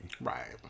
Right